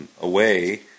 away